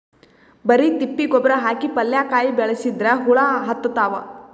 ಬರಿ ತಿಪ್ಪಿ ಗೊಬ್ಬರ ಹಾಕಿ ಪಲ್ಯಾಕಾಯಿ ಬೆಳಸಿದ್ರ ಹುಳ ಹತ್ತತಾವ?